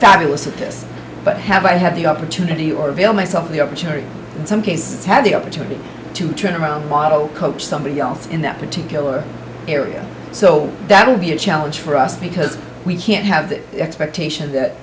this but have i had the opportunity or avail myself of the opportunity in some cases had the opportunity to turn around model coach somebody else in that particular area so that would be a challenge for us because we can't have the expectation that